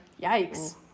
yikes